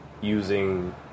using